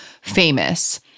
Famous